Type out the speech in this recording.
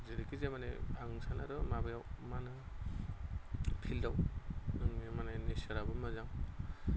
जेरैखिजाया माने आं सानो आरो बेयाव माबायाव मा होनो फिल्दाव माने नेचाराबो मोजां